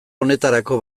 honetarako